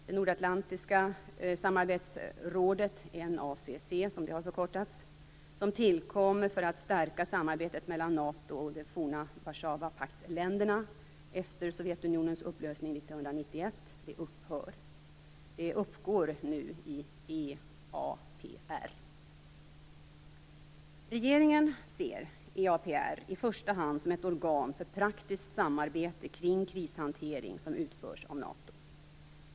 Det nordatlantiska samarbetsrådet, NACC, som tillkom för att stärka samarbetet mellan NATO och de forna Regeringen ser EAPR i första hand som ett organ för praktiskt samarbete kring krishantering som utförs av NATO.